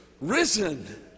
risen